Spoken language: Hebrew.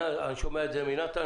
אני שומע את זה מנתן,